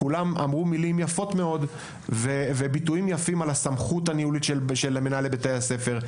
שבהם כולם אמרו מילים יפות מאוד על הסמכות הניהולית של מנהלי בתי הספר,